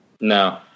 No